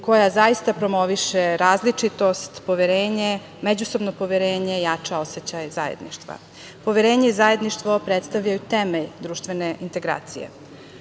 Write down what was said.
koja zaista promoviše različitost, poverenje, međusobno poverenje, jača osećaje zajedništva. Poverenje i zajedništvo predstavljaju temelj društvene integracije. Poslanička